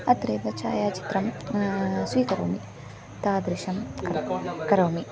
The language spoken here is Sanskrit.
अत्रैव छायाचित्रं स्वीकरोमि तादृशं क करोमि